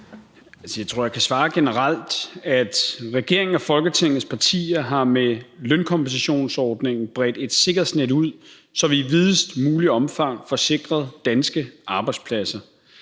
Jeg tror, jeg kan svare generelt, nemlig at regeringen og Folketingets partier med lønkompensationsordningen har bredt et sikkerhedsnet ud, så vi i videst muligt omfang får sikret danske arbejdspladser.